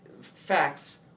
facts